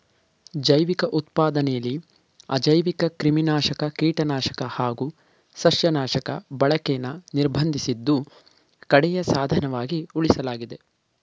ಜೈವಿಕ ಉತ್ಪಾದನೆಲಿ ಅಜೈವಿಕಕ್ರಿಮಿನಾಶಕ ಕೀಟನಾಶಕ ಹಾಗು ಸಸ್ಯನಾಶಕ ಬಳಕೆನ ನಿರ್ಬಂಧಿಸಿದ್ದು ಕಡೆಯ ಸಾಧನವಾಗಿ ಉಳಿಸಲಾಗಿದೆ